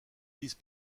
vice